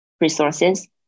resources